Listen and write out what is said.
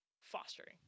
fostering